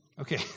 Okay